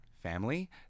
family